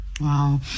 Wow